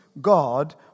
god